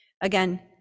Again